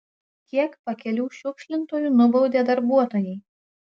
kiek pakelių šiukšlintojų nubaudė darbuotojai